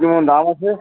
কীরকম দাম আছে